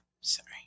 Sorry